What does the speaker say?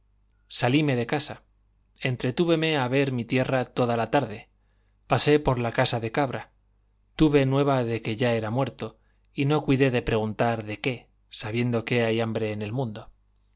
salíme de casa entretúveme a ver mi tierra toda la tarde pasé por la casa de cabra tuve nueva de que ya era muerto y no cuidé de preguntar de qué sabiendo que hay hambre en el mundo